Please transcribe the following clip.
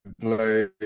play